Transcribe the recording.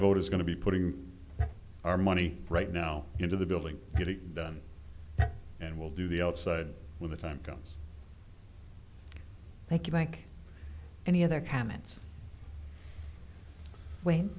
vote is going to be putting our money right now into the building get it done and we'll do the outside when the time comes thank you mike any other comments